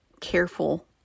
careful